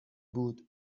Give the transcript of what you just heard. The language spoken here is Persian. بود